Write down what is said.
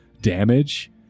damage